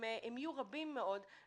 הם יהיו רבים מאוד.